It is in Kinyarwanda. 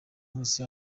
hose